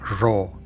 raw